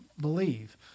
believe